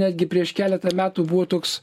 netgi prieš keletą metų buvo toks